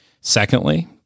Secondly